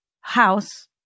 House